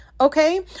okay